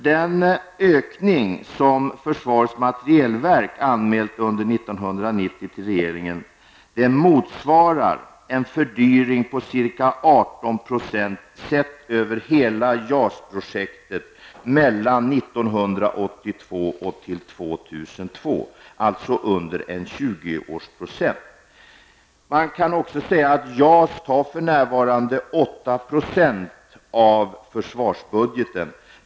Den ökning som försvarets materielverk under 1990 anmält till regeringen motsvarar en fördyring på ca 18 % sett över hela JAS-projektet från 1982 och fram till år 2002, alltså under en 20 årsperiod. Man kan också säga att JAS för närvarande tar i anspråk 8 % av försvarsbudgeten.